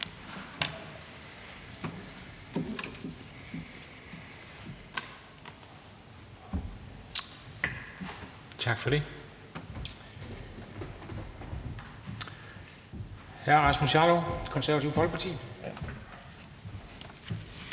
Tak for det.